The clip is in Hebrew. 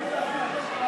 לשנת התקציב 2016,